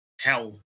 hell